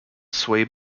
sway